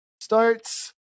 Starts